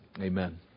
Amen